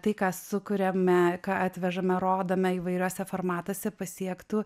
tai ką sukuriame ką atvežame rodome įvairiuose formatuose pasiektų